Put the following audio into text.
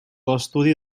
l’estudi